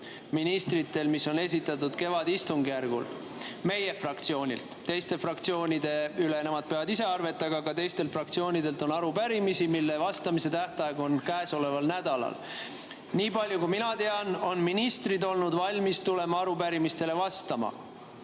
arupärimisele, mis on esitatud kevadistungjärgul meie fraktsioonilt, vastamise tähtaeg. Teised fraktsioonid peavad ise arvet, aga ka teistelt fraktsioonidelt on arupärimisi, millele vastamise tähtaeg on käesoleval nädalal. Nii palju kui mina tean, on ministrid olnud valmis tulema arupärimistele vastama.